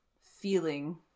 feeling